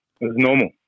normal